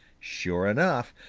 sure enough,